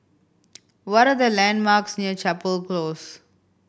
what are the landmarks near Chapel Close